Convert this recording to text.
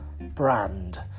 brand